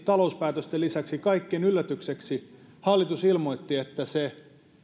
talouspäätösten lisäksi kaikkien yllätykseksi hallitus ilmoitti että se